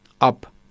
up